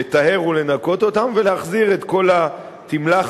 לטהר ולנקות אותם ולהחזיר את כל התמלחת,